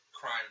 crime